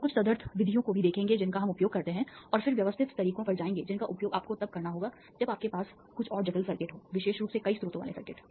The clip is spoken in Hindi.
हम कुछ तदर्थ विधियों को भी देखेंगे जिनका हम उपयोग करते हैं और फिर व्यवस्थित तरीकों पर जाएंगे जिनका उपयोग आपको तब करना होगा जब आपके पास कुछ और जटिल सर्किट हों विशेष रूप से कई स्रोतों वाले सर्किट